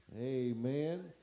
amen